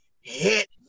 hit